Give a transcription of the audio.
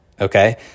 Okay